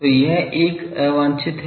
तो यह एक अवांछित है